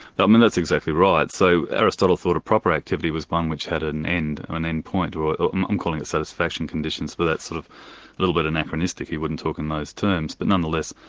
um and that's exactly right. so aristotle thought a proper activity was one which had an end, an end point, or i'm i'm calling it satisfaction conditions but that's sort of little bit anachronistic, he wouldn't talk in those terms. but nonetheless,